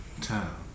town